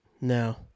No